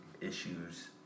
issues